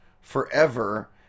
forever